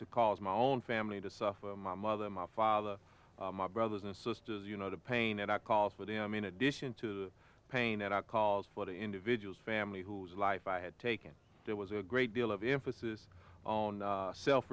to cause my own family to suffer my mother my father my brothers and sisters you know the pain and i call for them in addition to pain at our calls for the individuals family whose life i had taken there was a great deal of emphasis on self